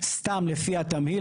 סתם לפי התמהיל,